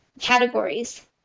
categories